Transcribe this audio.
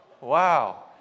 wow